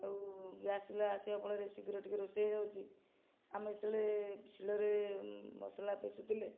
ଆଉ ଗ୍ୟାସ ଚୁଲା ଆସିବା ଫଳରେ ଶୀଘ୍ର ଟିକେ ରୋଷେଇ ହେଇଯାଉଛି ଆମେ ଯେତେବେଳେ ଶିଳରେ ମସଲା ପେସୁଥିଲେ